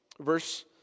verse